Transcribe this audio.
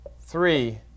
three